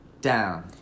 down